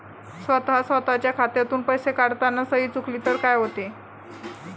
स्वतः स्वतःच्या खात्यातून पैसे काढताना सही चुकली तर काय होते?